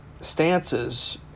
stances